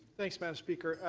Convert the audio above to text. thanks, madam speaker.